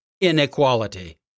inequality